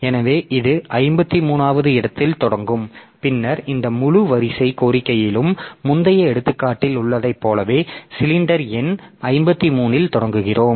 எனவே இது 53 வது இடத்தில் தொடங்கும் பின்னர் இந்த முழு வரிசை கோரிக்கையிலும் முந்தைய எடுத்துக்காட்டில் உள்ளதைப் போலவே சிலிண்டர் எண் 53 இல் தொடங்குகிறோம்